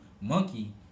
Monkey